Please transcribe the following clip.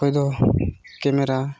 ᱚᱠᱚᱭ ᱫᱚ ᱠᱮᱢᱮᱨᱟ